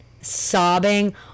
sobbing